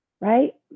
right